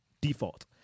default